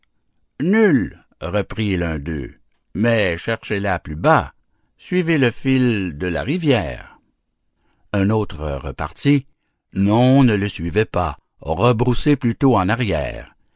nulle reprit l'un d'eux mais cherchez-la plus bas suivez le fil de la rivière un autre repartit non ne le suivez pas rebroussez plutôt en arrière